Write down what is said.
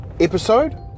episode